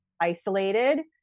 isolated